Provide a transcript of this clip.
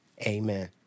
amen